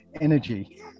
energy